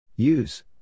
Use